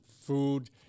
food